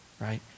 right